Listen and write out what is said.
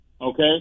Okay